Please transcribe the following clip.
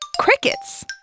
Crickets